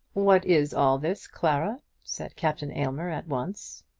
what is all this, clara? said captain aylmer, at once.